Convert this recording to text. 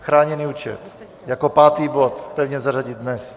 Chráněný účet, jako pátý bod, pevně zařadit dnes.